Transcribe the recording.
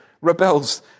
rebels